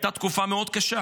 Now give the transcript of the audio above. הייתה תקופה מאוד קשה.